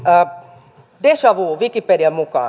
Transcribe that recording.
deja vu wikipedian mukaan